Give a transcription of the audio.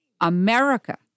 America